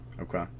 Okay